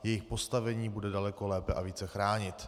Jejich postavení bude daleko lépe a více chránit.